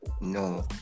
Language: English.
No